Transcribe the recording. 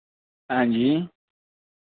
हांजी